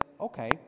okay